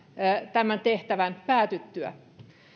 tämän tehtävän päätyttyä